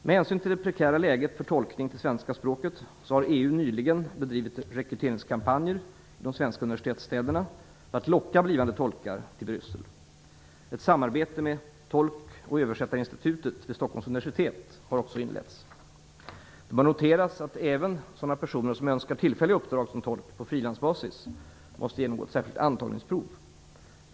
Med hänsyn till det prekära läget för tolkning till svenska språket har EU nyligen bedrivit rekryteringskampanjer i de svenska universitetsstäderna för att locka blivande tolkar till Bryssel. Ett samarbete med Tolk och översättarinstitutet vid Stockholms universitet har också inletts. Det bör noteras att även sådana personer som önskar tillfälliga uppdrag som tolk på frilansbasis måste genomgå ett särskilt antagningsprov.